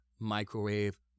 Microwave